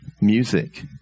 music